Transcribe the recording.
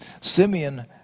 Simeon